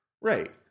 Right